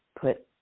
put